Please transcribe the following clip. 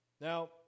now